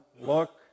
look